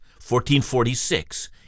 1446